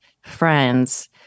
friends